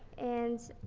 and,